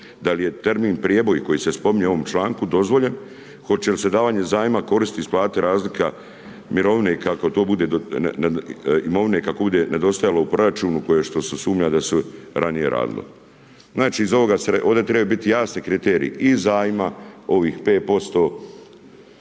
Da bi termin prijeboj koji se spominje u ovom članku dozvoljen, hoće li se davanje zajma koristiti isplatiti razlika mirovina i kako bude nedostajalo u proračunu, kao što se sumnja da se ranije radilo. Znači ovdje treba biti jasniji kriteriji i zajma ovih 5%,